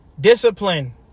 discipline